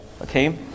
okay